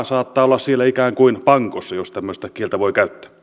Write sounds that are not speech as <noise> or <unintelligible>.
<unintelligible> saattaa olla siellä ikään kuin pankossa jos tämmöistä kieltä voi käyttää